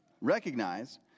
recognize